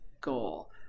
goal